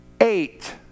eight